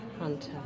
hunter